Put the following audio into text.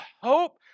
hope